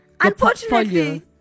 Unfortunately